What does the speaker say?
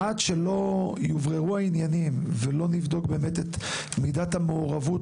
עד שלא יובררו העניינים ולא נבדוק באמת את מידת המעורבות